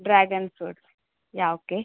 dragon fruits yeah okay